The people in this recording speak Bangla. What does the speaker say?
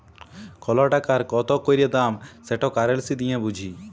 কল টাকার কত ক্যইরে দাম সেট কারেলসি দিঁয়ে বুঝি